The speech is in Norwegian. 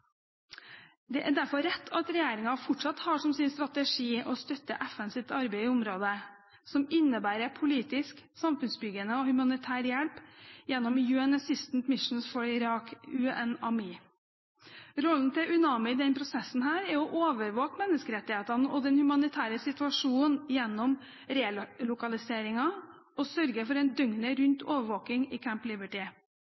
Det er derfor rett at regjeringen fortsatt har som sin strategi å støtte FNs arbeid i området, som innebærer politisk, samfunnsbyggende og humanitær hjelp gjennom UN Assistance Mission for Iraq, UNAMI. Rollen til UNAMI i denne prosessen er å overvåke menneskerettighetene og den humanitære situasjonen gjennom relokaliseringer og sørge for en